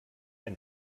ein